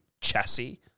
chassis